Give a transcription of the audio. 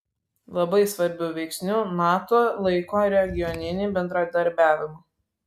labai svarbiu veiksniu nato laiko regioninį bendradarbiavimą